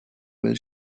will